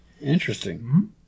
Interesting